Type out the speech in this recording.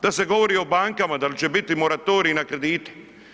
Da se govori o bankama, dal će biti moratorij na kredite.